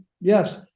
yes